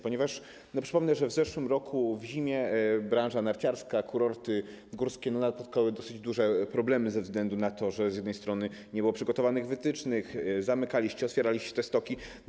Ponieważ, przypomnę, w zeszłym roku w zimie branża narciarska, kurorty górskie napotkały dosyć duże problemy ze względu na to, że z jednej strony nie było przygotowanych wytycznych, zamykaliście, otwieraliście stoki.